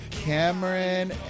Cameron